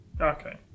Okay